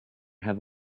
have